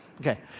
Okay